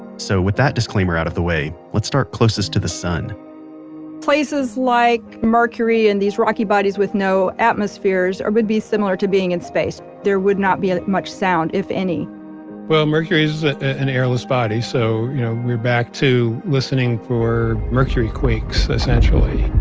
so, with that disclaimer out of the way, let's start closest to the sun places like, mercury and these rocky bodies with no atmospheres would be similar to being in space. there would not be ah much sound if any mercury is an airless body, so you know we're back to listening for mercury quakes, essentially.